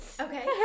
Okay